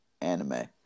anime